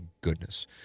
goodness